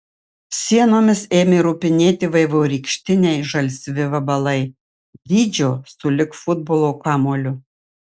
sienomis ėmė ropinėti vaivorykštiniai žalsvi vabalai dydžio sulig futbolo kamuoliu